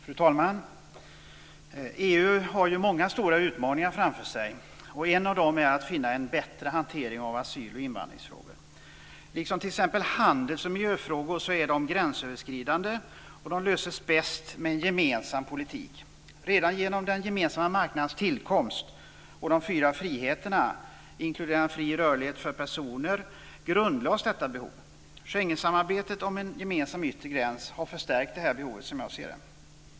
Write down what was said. Fru talman! EU har många stora utmaningar framför sig. En av dem är att finna en bättre hantering av asyl och invandringsfrågor. Liksom t.ex. handelsoch miljöfrågor är de gränsöverskridande, och de löses bäst med en gemensam politik. Redan genom den gemensamma marknadens tillkomst och de fyra friheterna, inkluderande fri rörlighet för personer, grundlades detta behov. Schengensamarbetet om en gemensam yttre gräns har, som jag ser det, förstärkt det här behovet.